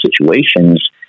situations